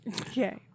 Okay